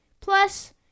Plus